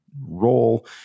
role